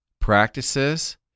practices